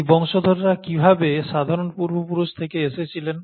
এই বংশধররা কীভাবে সাধারণ পূর্বপুরুষ থেকে এসেছিলেন